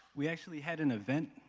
we actually had an event,